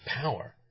power